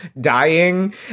dying